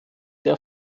der